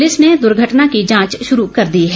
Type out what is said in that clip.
police ने दुर्घटना की जांच शुरू कर दी है